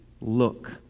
look